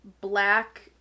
black